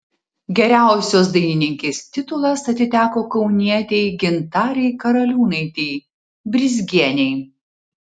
geriausios dainininkės titulas atiteko kaunietei gintarei karaliūnaitei brizgienei